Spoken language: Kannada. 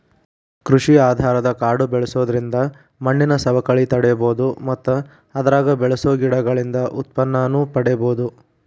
ಕೃಷಿ ಆಧಾರದ ಕಾಡು ಬೆಳ್ಸೋದ್ರಿಂದ ಮಣ್ಣಿನ ಸವಕಳಿ ತಡೇಬೋದು ಮತ್ತ ಅದ್ರಾಗ ಬೆಳಸೋ ಗಿಡಗಳಿಂದ ಉತ್ಪನ್ನನೂ ಪಡೇಬೋದು